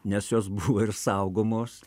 nes jos buvo ir saugomos